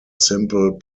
simple